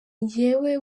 njyewe